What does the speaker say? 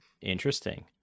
Interesting